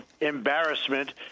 embarrassment